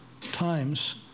times